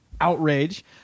outrage